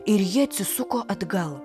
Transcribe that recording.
ir ji atsisuko atgal